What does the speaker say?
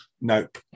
Nope